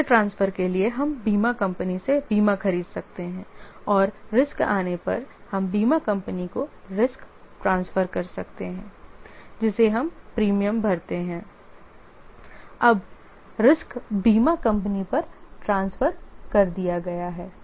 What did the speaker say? risk transfer के लिए हम बीमा कंपनी से बीमा खरीद सकते हैं और रिस्क आने पर हम बीमा कंपनी को risk ट्रांसफर कर सकते हैं जिसे हम प्रीमियम भरते हैं अब रिस्क बीमा कंपनी पर ट्रांसफर कर दिया गया है